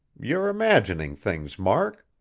you're imagining things, mark.